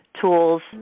tools